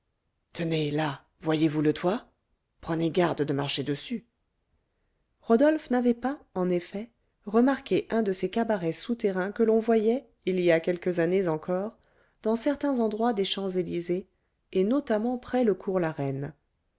là voyez-vous le toit prenez garde de marcher dessus rodolphe n'avait pas en effet remarqué un de ces cabarets souterrains que l'on voyait il y a quelques années encore dans certains endroits des champs-élysées et notamment près le cours la reine